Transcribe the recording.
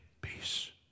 peace